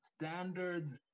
Standards